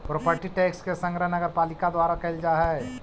property tax के संग्रह नगरपालिका द्वारा कैल जा हई